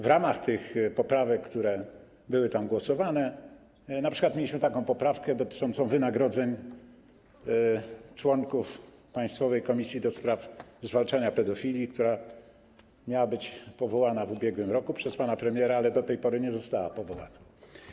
W ramach tych poprawek, które zostały przegłosowane, mieliśmy np. poprawkę dotyczącą wynagrodzeń członków państwowej komisji do spraw zwalczania pedofilii, która miała być powołana w ubiegłym roku przez pana premiera, ale do tej pory nie została powołana.